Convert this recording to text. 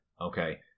Okay